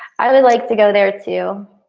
i would like to go there too.